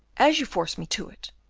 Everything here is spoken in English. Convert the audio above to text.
as you force me to it,